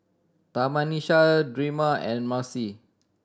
Tamisha Drema and Marcie